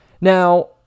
Now